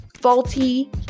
faulty